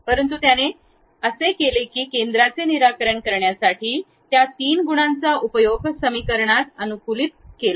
परंतु त्याने हे केले आहे की केंद्राचे निराकरण करण्यासाठी त्या तीन गुणांचा उपयोग समीकरणाला अनुकूलित करणे